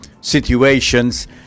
situations